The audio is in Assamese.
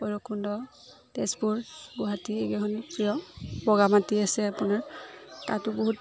ভৈৰৱকুণ্ড তেজপুৰ গুৱাহাটী এইকেইখন প্ৰিয় বগামাটি আছে আপোনাৰ তাতো বহুত